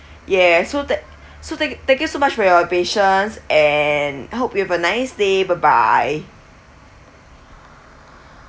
yeah so that so thank thank you so much for your patience and hope you have a nice day bye bye